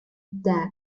that